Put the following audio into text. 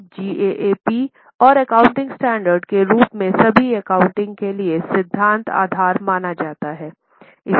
अब GAAPs और accounting standard के रूप में सभी एकाउंटिंग के लिए सिद्धांत आधार माना जाता है